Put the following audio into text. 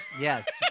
Yes